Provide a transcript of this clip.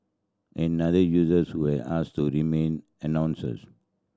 another users who has asked to remain announcers